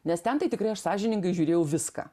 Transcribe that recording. nes ten tai tikrai aš sąžiningai žiūrėjau viską